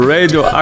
Radio